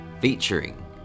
featuring